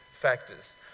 factors